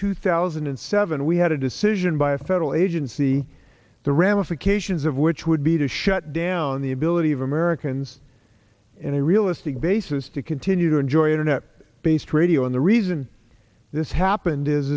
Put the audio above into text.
two thousand and seven we had a decision by a federal agency the ramifications of which would be to shut down the ability of americans in a realistic basis to continue to enjoy internet based radio and the reason this happened is